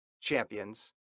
champions